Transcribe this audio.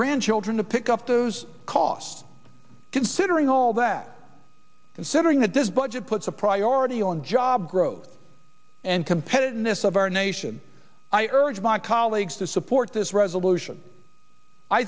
grandchildren to pick up those costs considering all that considering that this budget puts a priority on job growth and competitiveness of our nation i urge my colleagues to support this resolution i